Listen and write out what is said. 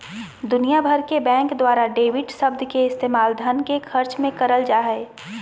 दुनिया भर के बैंक द्वारा डेबिट शब्द के इस्तेमाल धन के खर्च मे करल जा हय